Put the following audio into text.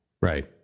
Right